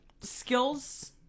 skills